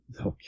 Okay